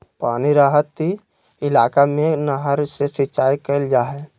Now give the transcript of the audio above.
पानी रहित इलाका में नहर से सिंचाई कईल जा हइ